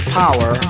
power